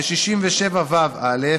ו-67ו(א)